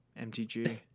MTG